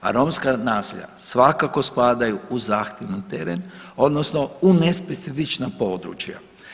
A romska naselja svakako spadaju u zahtjevan teren odnosno u nespecifična područja.